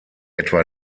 etwa